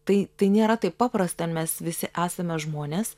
tai tai nėra taip paprasta mes visi esame žmonės